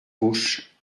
bouche